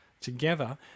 together